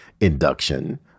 induction